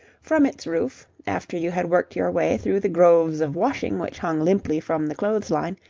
from its roof, after you had worked your way through the groves of washing which hung limply from the clothes-line,